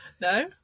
No